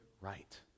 right